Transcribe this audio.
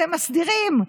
אתם מסדירים.